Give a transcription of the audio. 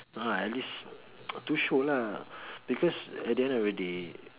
no lah at least to show lah because at the end of the day